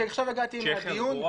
כי עכשיו הגעתי מהדיון,